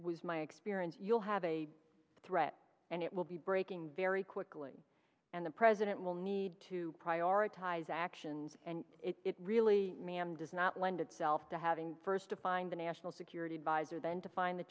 is my experience you'll have a threat and it will be breaking very quickly and the president will need to prioritize action and it really does not lend itself to having first defined the national security adviser then to find the